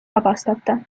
vabastata